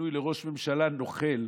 הכינוי "נוכל"